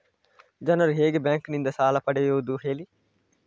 ಜನರು ಹೇಗೆ ಬ್ಯಾಂಕ್ ನಿಂದ ಸಾಲ ಪಡೆಯೋದು ಹೇಳಿ